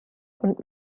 und